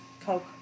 Coke